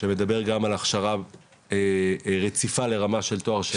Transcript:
שמדבר גם על הכשרה רציפה לרמה של תואר שני,